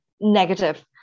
negative